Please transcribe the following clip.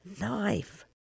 knife